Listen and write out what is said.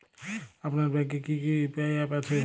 আপনার ব্যাংকের কি কি ইউ.পি.আই অ্যাপ আছে?